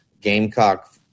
Gamecock